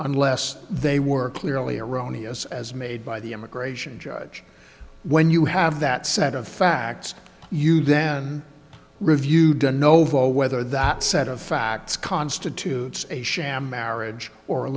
unless they were clearly erroneous as made by the immigration judge when you have that set of facts you then reviewed a no for whether that set of facts constitutes a sham marriage or a